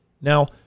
Now